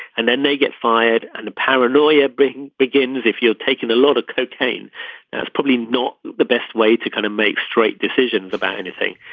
and then they get fired. and the paranoia bring begins if you've taken a lot of cocaine that's probably not the best way to kind of make straight decisions about anything.